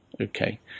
Okay